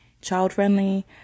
child-friendly